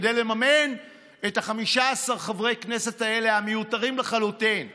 כדי לממן את 15 חברי הכנסת המיותרים לחלוטין האלה.